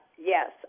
Yes